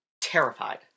terrified